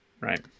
Right